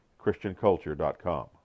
ChristianCulture.com